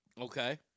Okay